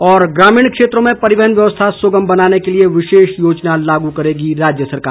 और ग्रामीण क्षेत्रों में परिवहन व्यवस्था सुगम बनाने के लिए विशेष योजना लागू करेगी राज्य सरकार